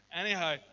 Anyhow